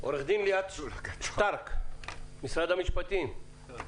עו"ד ליאת שטרק, משרד המשפטים, בבקשה.